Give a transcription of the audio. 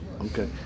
Okay